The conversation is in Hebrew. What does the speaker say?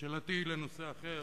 שאלתי היא בנושא אחר,